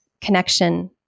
connection